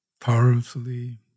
powerfully